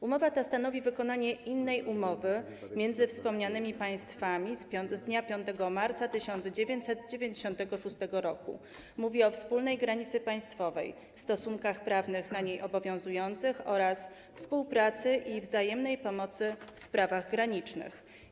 Umowa ta stanowi wykonanie innej umowy między wspomnianymi państwami z dnia 5 marca 1996 r., mówi o wspólnej granicy państwowej, stosunkach prawnych na niej obowiązujących oraz współpracy i wzajemnej pomocy w sprawach granicznych.